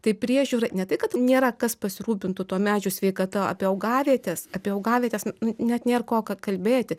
tai priežiūra ne tai kad nėra kas pasirūpintų tuo medžių sveikata apie augavietes apie augavietes net nėr ko ka kalbėti